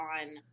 on